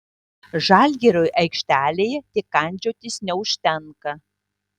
žalgiriui aikštelėje tik kandžiotis neužtenka